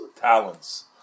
talents